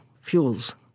fuels